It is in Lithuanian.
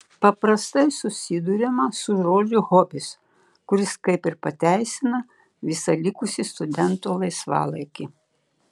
paprastai susiduriama su žodžiu hobis kuris kaip ir pateisina visą likusį studento laisvalaikį